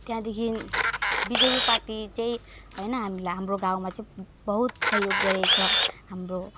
त्यहाँदेखि BJP party चाहिँ होइन हामीलाई हाम्रो गाउँमा चाहिँ बहुत सहयोग गरेको छ हाम्रो